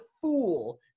fool